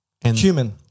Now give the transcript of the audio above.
Human